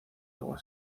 agua